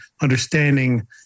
understanding